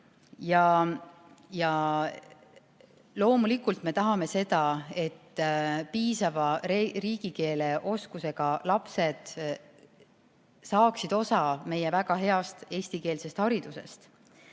Loomulikult me tahame seda, et piisava riigikeeleoskusega lapsed saaksid osa meie väga heast eestikeelsest haridusest.